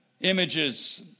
images